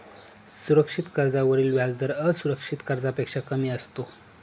सुरक्षित कर्जावरील व्याजदर असुरक्षित कर्जापेक्षा कमी असतो